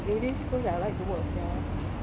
one மண்ட வலிக்க மாறி:on manda valikka maari